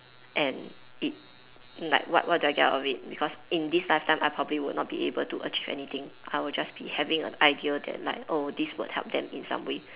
and it like what what do I get out of it because in this lifetime I probably would not be able achieve anything I will just be having a idea that like oh this will help them in some way